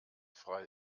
frei